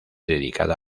dedicada